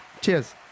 Cheers